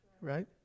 right